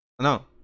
No